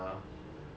and all but